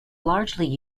largely